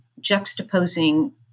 juxtaposing